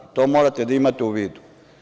To morate da imate u vidu.